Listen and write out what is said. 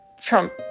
Trump